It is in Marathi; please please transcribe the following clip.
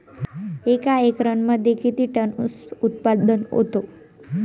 एका एकरमध्ये किती टन ऊस उत्पादन होतो?